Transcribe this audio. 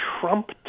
Trump